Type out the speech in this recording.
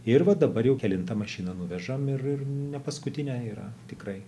ir va dabar jau kelintą mašiną nuvežam ir ir nepaskutinę yra tikrai